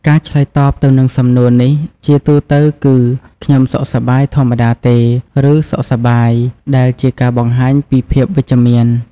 ការឆ្លើយតបទៅនឹងសំណួរនេះជាទូទៅគឺ “ខ្ញុំសុខសប្បាយធម្មតាទេ” ឬ “សុខសប្បាយ” ដែលជាការបង្ហាញពីភាពវិជ្ជមាន។